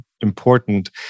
important